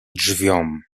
drzwiom